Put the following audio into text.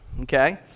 Okay